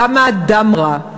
כמה דם רע,